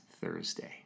Thursday